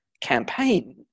campaign